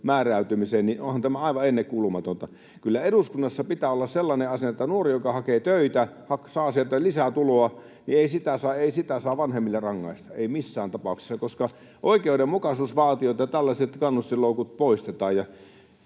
määräytymiseen. Kyllä eduskunnassa pitää olla sellainen asenne, että jos nuori hakee töitä ja saa sieltä lisätuloa, niin ei sitä saa vanhemmille rangaista, ei missään tapauksessa. Oikeudenmukaisuus vaatii jo, että tällaiset kannustinloukut poistetaan.